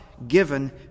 given